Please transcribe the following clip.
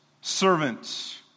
servants